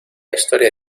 historia